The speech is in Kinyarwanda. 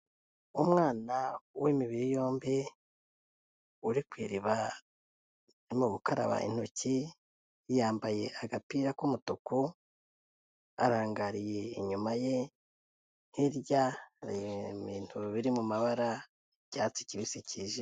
Umwana w'imibiri yombi, uri ku iriba, urimo gukaraba intoki, yambaye agapira k'umutuku, arangariye inyuma ye, hirya hari ibintu biri mu mabara y'icyatsi kibisi kijimye.